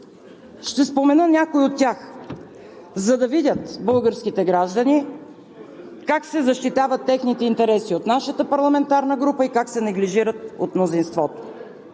Ще спомена някои от тях, за да видят българските граждани как се защитават техните интереси от нашата парламентарна група и как се неглижират от мнозинството.